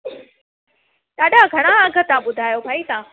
ॾाढा घणा अघ तव्हां ॿुधायो भई तव्हां